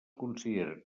consideren